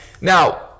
Now